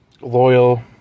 Loyal